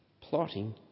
plotting